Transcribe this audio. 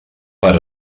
per